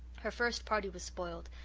her first party was spoiled,